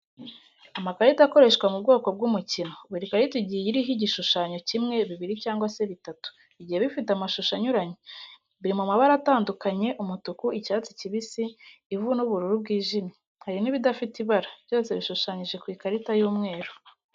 Amakarita akoreshwa mu bwoko bw'umukino, buri karita igiye iriho igishushanye kimwe, bibiri cyangwa se bitatu, bigiye bifite amashusho anyuranye, biri mu mabara atandukanye umutuku, icyatsi kibisi, ivu n'ubururu bwijimye, hari n'ibidafite ibara, byose bishushanyije ku ikarita y'umweru.